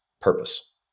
purpose